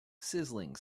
sizzling